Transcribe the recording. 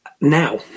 Now